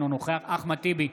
אינו נוכח אחמד טיבי,